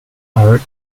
hired